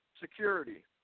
security